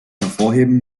hervorheben